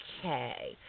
Okay